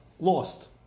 Lost